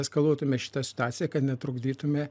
eskaluotume šitą situaciją kad netrukdytume